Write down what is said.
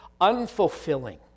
unfulfilling